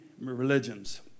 religions